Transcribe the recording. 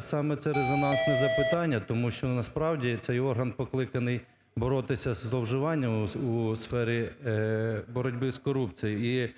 саме це резонансне запитання. Тому що насправді цей орган покликаний боротись зі зловживаннями у сфері боротьби з корупцією.